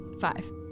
five